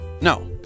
no